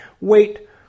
wait